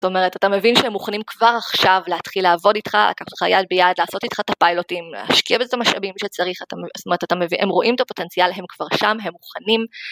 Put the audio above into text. זאת אומרת אתה מבין שהם מוכנים כבר עכשיו להתחיל לעבוד איתך, לקחת לך יד ביד, לעשות איתך את הפיילוטים, להשקיע בזה את המשאבים שצריך, זאת אומרת הם רואים את הפוטנציאל, הם כבר שם, הם מוכנים.